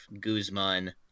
Guzman